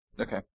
Okay